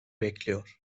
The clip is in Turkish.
bekliyor